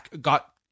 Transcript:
Got